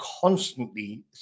constantly